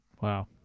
Wow